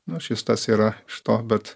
nu šis tas yra iš to bet